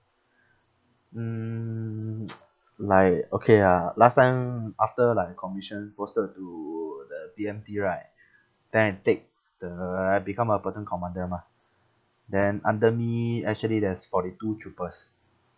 mm like okay ah last time after like a commission posted to the B_M_T right then I take the I become a commander mah then under me actually there's forty two troopers